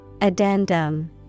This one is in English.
Addendum